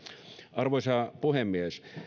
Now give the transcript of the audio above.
arvoisa puhemies